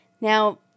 Now